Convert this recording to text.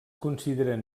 consideren